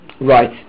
Right